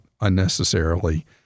unnecessarily